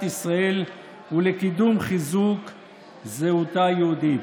ישראל ולקידום חיזוק זהותה היהודית.